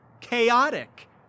chaotic